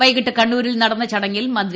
വൈകിട്ട് കണ്ണൂരിൽ നടന്ന ചടങ്ങിൽ മന്ത്രി